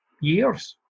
years